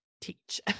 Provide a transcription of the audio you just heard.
teach